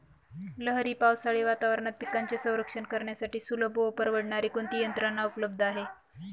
लहरी पावसाळी वातावरणात पिकांचे रक्षण करण्यासाठी सुलभ व परवडणारी कोणती यंत्रणा उपलब्ध आहे?